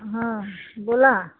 हं बोला